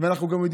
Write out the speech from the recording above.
שאנחנו גם יכולים